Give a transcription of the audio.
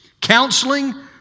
counseling